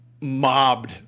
mobbed